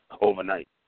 overnight